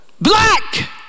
Black